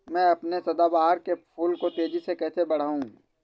मैं अपने सदाबहार के फूल को तेजी से कैसे बढाऊं?